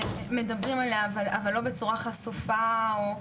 מדברים עליה אבל לא בצורה חשופה או,